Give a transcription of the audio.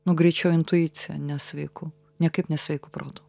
nu greičiau intuicija nesveiku niekaip nesveiku protu